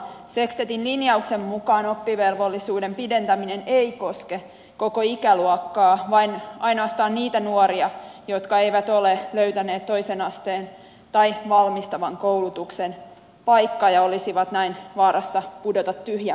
sekstetin linjauksen mukaan oppivelvollisuuden pidentäminen ei koske koko ikäluokkaa vaan ainoastaan niitä nuoria jotka eivät ole löytäneet toisen asteen tai valmistavan koulutuksen paikkaa ja olisivat näin vaarassa pudota tyhjän päälle